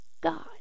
God